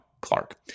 clark